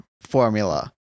formula